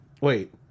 Wait